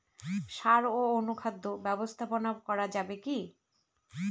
সাড় ও অনুখাদ্য ব্যবস্থাপনা করা যাবে কি?